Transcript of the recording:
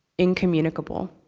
incommunicable.